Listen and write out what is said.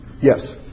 yes